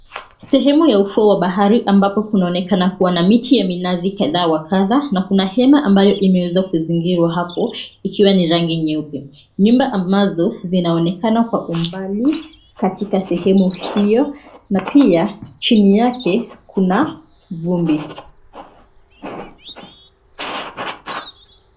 Sehemu ya ufuo wa bahari ambapo kunaonekana kuwa miti ya minazi ya kadha wa kadha na kuna hema ambayo imeweza kuzingira hapo ikiwa ni rangi nyeupe. Nyumba ambazo zinaonekana kwa umbali katika sehemu hio na pia chini yake kuna vumbi.